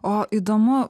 o įdomu